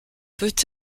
peut